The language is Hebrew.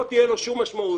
לא תהיה לו שום משמעות,